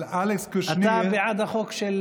אבל אלכס קושניר, אתה בעד החוק של